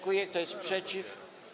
Kto jest przeciw?